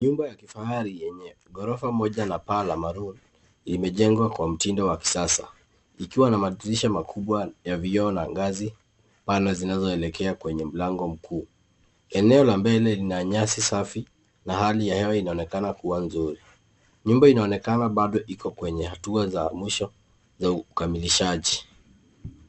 Nyumba la kifahari lenye ghorofa moja la maroon imejengwa kwa mtindo wa kisasa ikiwa na madirisha makubwa ya vioo na ngazi Pana zinazoelekea kwenye mlango mkuu. Eneo la mbele lina nyasi Safi na hali ya hewa inaonekana kuwa nzuri. Nyumba inaonekana bado iko kwenye hatua za mwisho wa ukamilishaji.